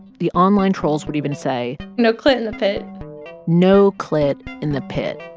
the online trolls would even say. no clit in the pit no clit in the pit.